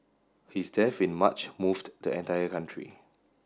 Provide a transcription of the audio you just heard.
his death in March moved the entire country